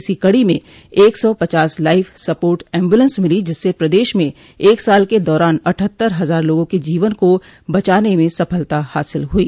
इसी कड़ी में एक सौ पचास लाइफ सपोर्ट एम्बुलेंस मिली जिससे प्रदेश में एक साल के दौरान अट्ठहत्तर हजार लोगों के जीवन को बचाने में सफलता हासिल हुई